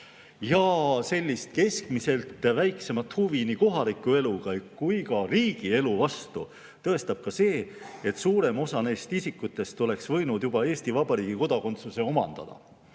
Ja sellist keskmisest väiksemat huvi nii kohaliku elu kui ka riigielu vastu tõestab ka see, et suurem osa neist isikutest oleks võinud juba Eesti Vabariigi kodakondsuse omandada.